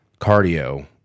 cardio